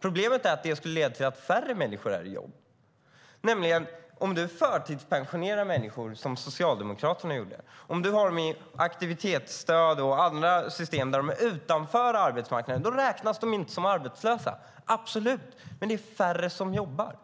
Problemet är att det skulle leda till färre människor i jobb. Om du förtidspensionerar människor, som Socialdemokraterna gjorde, och om du har dem i aktivitetsstöd och andra system där de är utanför arbetsmarknaden räknas de inte som arbetslösa. Så är det absolut. Men det är färre som jobbar.